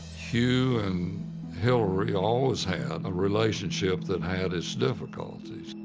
hugh and hillary always had a relationship that had its difficulties.